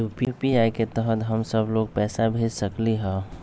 UPI के तहद हम सब लोग को पैसा भेज सकली ह?